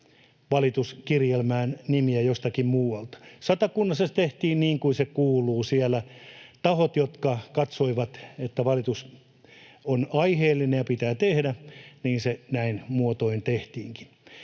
valituskirjelmään nimiä jostakin muualta. Satakunnassa tehtiin, niin kuin se kuuluu. Siellä tahot, jotka katsoivat, että valitus on aiheellinen ja pitää tehdä, sen näin muotoin tekivätkin.